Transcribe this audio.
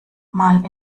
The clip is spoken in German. mal